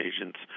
agents